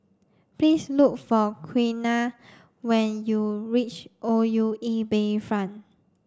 please look for Quiana when you reach O U E Bayfront